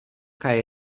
kaj